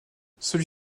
celui